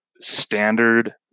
standard